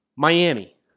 Miami